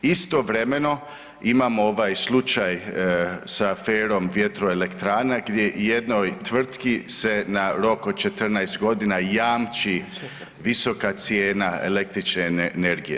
Istovremeno imamo ovaj slučaj sa aferom vjetroelektrane gdje jednoj tvrtki se na rok od 14.g. jamči visoka cijena električne energije.